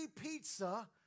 pizza